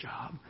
job